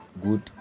good